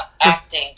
acting